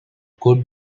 could